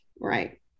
Right